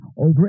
over